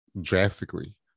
drastically